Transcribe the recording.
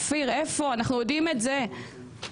אנחנו יודעים מה קורה.